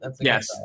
yes